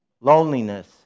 loneliness